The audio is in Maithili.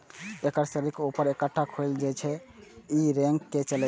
एकर शरीरक ऊपर एकटा खोल होइ छै आ ई रेंग के चलै छै